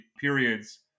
periods